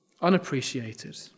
unappreciated